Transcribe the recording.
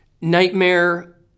Nightmare